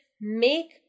make